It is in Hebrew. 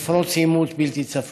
עימות בלתי צפוי.